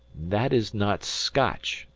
that is not scotch,